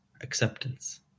acceptance